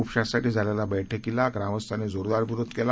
उपशासाठीझालेल्याबैठकीलाग्रामस्थांनीजोरदारविरोधकेला